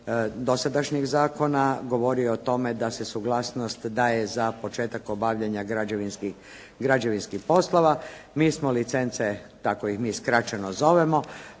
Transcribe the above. dosadašnjeg zakona, govorio o tome da se suglasnost daje za početak obavljanja građevinskih poslova. Mi smo licence, tako ih mi skraćeno zovemo,